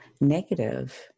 negative